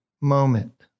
moment